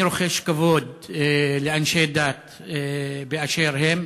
אני רוחש כבוד לאנשי דת באשר הם,